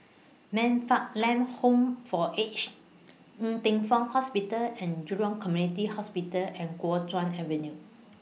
Man Fatt Lam Home For Aged Ng Teng Fong Hospital and Jurong Community Hospital and Kuo Chuan Avenue